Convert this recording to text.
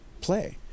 play